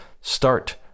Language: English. start